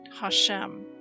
HaShem